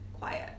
quiet